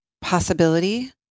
possibility